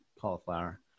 cauliflower